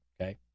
Okay